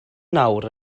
nawr